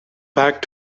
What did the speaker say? back